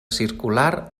circular